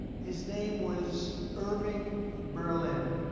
his name was irving berlin